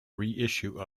reissue